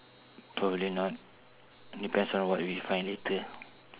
probably not depends on what we find later